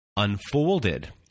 unfolded